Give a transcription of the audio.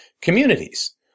communities